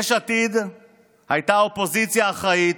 יש עתיד הייתה אופוזיציה אחראית,